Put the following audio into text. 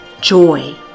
joy